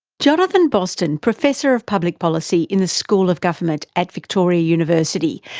jonathan boston, professor of public policy in the school of government at victoria university,